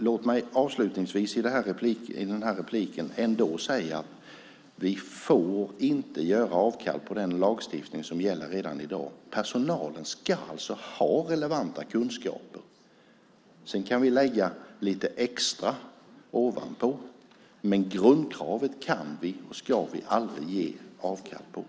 Låt mig avslutningsvis i detta anförande säga att vi inte får göra avkall på den lagstiftning som redan gäller i dag. Personalen ska ha relevanta kunskaper. Sedan kan vi lägga lite extra ovanpå, men grundkravet kan vi, och ska vi, aldrig ge avkall på.